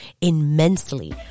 immensely